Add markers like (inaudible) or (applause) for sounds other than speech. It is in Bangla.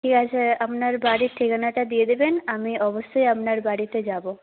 ঠিক আছে আপনার বাড়ির (unintelligible) ঠিকানাটা দিয়ে দেবেন আমি অবশ্যই আপনার বাড়িতে যাব